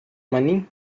money